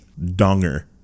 donger